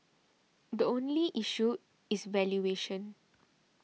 the only issue is valuation